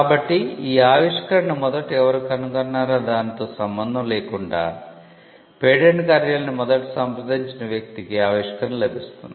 కాబట్టి ఈ ఆవిష్కరణను మొదట ఎవరు కనుగొన్నారనే దానితో సంబంధం లేకుండా పేటెంట్ కార్యాలయాన్ని మొదట సంప్రదించిన వ్యక్తికి ఆవిష్కరణ లభిస్తుంది